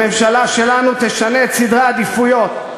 הממשלה שלנו תשנה את סדרי העדיפויות,